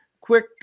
quick